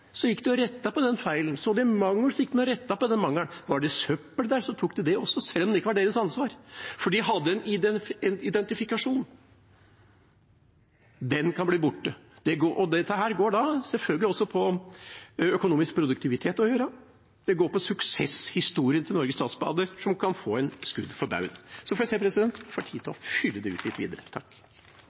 gikk de og rettet opp den mangelen. Var det søppel der, tok de det også, selv om det ikke var deres ansvar – for de hadde en identifikasjon. Den kan bli borte. Dette går selvfølgelig også på økonomisk produktivitet. Det går på suksesshistorien til Norges Statsbaner, som kan få et skudd for baugen. Så får jeg se om en får tid til å fylle ut